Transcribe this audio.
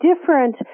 different